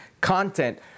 content